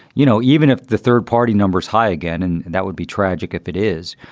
you know, even if the third party numbers high, again, and that would be tragic. if it is,